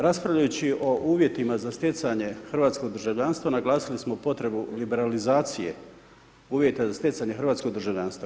Raspravljajući o uvjetima za stjecanje hrvatskog državljanstva, naglasili smo potrebu liberalizacije, uvjeta za stjecanje hrvatskog državljanstva.